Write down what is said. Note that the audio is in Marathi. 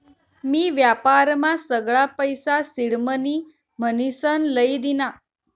मी व्यापारमा सगळा पैसा सिडमनी म्हनीसन लई दीना